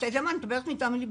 מדברת מדם ליבי.